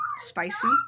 spicy